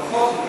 התרופות,